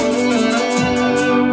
and